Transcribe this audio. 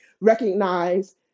recognize